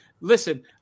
Listen